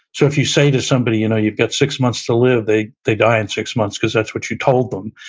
so if you say to somebody, you know you've got six months to live, they they die in six months, cause that's what you told them.